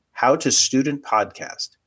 HowToStudentPodcast